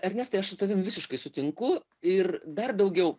ernestai aš su tavim visiškai sutinku ir dar daugiau